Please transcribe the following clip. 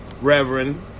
Reverend